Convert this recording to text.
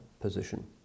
position